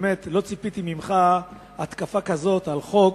באמת לא ציפיתי ממך להתקפה כזאת על חוק